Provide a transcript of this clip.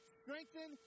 strengthen